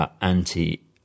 anti